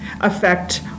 affect